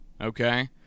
okay